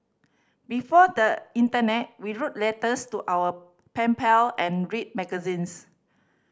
before the internet we wrote letters to our pen pal and read magazines